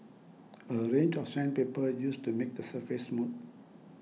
a range of sandpaper used to make the surface smooth